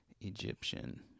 Egyptian